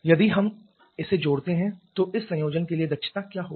यदि हम इसे जोड़ते हैं तो इस संयोजन के लिए दक्षता क्या होगी